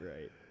right